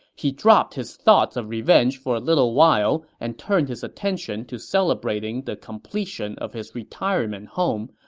he dropped his thoughts of revenge for a little while and turned his attention to celebrating the completion of his retirement home,